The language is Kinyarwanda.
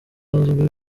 azwi